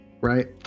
right